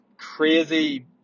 crazy